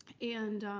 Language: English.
and